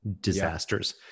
disasters